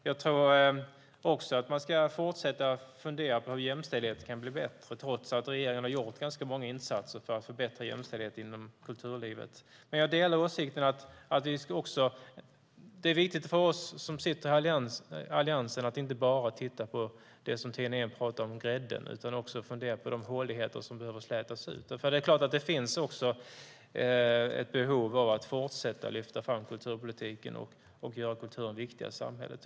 Jag tror också att man ska fortsätta att fundera på hur jämställdheten kan bli bättre trots att regeringen har gjort ganska många insatser för att förbättra jämställdheten inom kulturlivet. Men jag delar åsikten att det är viktigt för oss som sitter i Alliansen att inte bara titta på det som Tina Ehn talar om - grädden - utan också fundera på de håligheter som behöver slätas ut. Det är klart att det finns ett behov av att fortsätta lyfta fram kulturpolitiken och att göra kulturen viktigare i samhället.